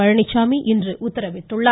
பழனிச்சாமி இன்று உத்தரவிட்டுள்ளார்